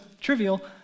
trivial